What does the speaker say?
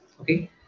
okay